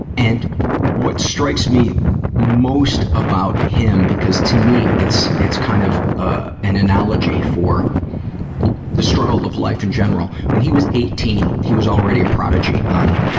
and, what strikes me most about him because to me it's, it's kind of, ah, an analogy for the struggle of life in general when he was eighteen, he was already a prodigy on,